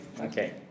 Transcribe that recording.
Okay